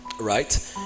Right